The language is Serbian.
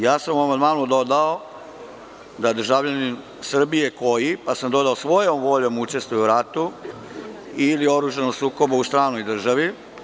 Ja sam u amandmanu dodao da državljanin Srbije, koji pa sam dodao „svojom voljom učestvuje u ratu ili oružanom sukobu u stranoj državi“